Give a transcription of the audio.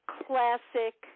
classic